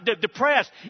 depressed